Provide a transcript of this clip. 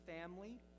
family